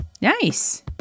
Nice